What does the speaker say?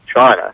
China